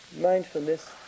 mindfulness